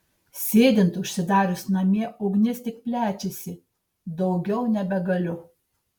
sėdint užsidarius namie ugnis tik plečiasi daugiau nebegaliu